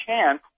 chance